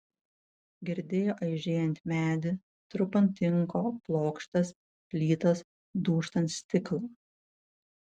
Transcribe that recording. girdėjo aižėjant medį trupant tinko plokštes plytas dūžtant stiklą